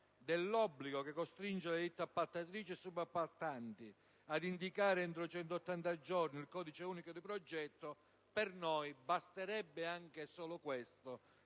dell'obbligo che costringe le ditte appaltatrici e subappaltanti ad indicare entro 180 giorni il codice unico di progetto per noi basterebbe per spingerci